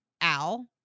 Al